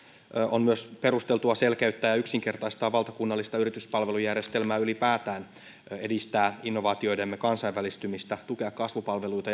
on myös perusteltua selkeyttää ja yksinkertaistaa valtakunnallista yrityspalvelujärjestelmää ylipäätään edistää innovaatioidemme kansainvälistymistä ja tukea kasvupalveluita